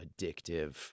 addictive